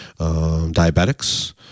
diabetics